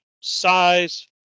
size